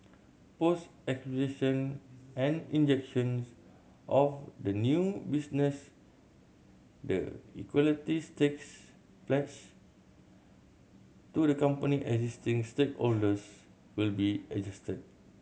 post acquisition and injections of the new business the equity stakes pledged to the company existing stakeholders will be adjusted